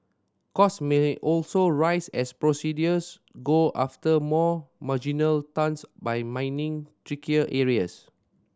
cost many also rise as producers go after more marginal tons by mining trickier areas